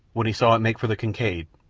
when he saw it make for the kincaid,